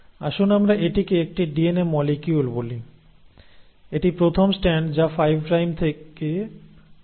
আসুন আমরা এটিকে একটি ডিএনএ মলিকিউল বলি এটি প্রথম স্ট্র্যান্ড যা 5 প্রাইম থেকে ধরে নেই 3 প্রাইমে যায়